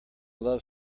love